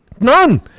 None